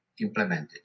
implemented